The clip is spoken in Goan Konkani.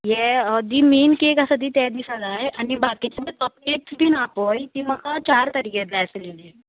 हे दी मेन केक आसा ती तें दिसा जाय आनी बाकीचे कॉपकेक्स बीन हा पळय ती म्हाका चार तारकेक जाय आसलेली